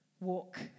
walk